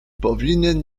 powinien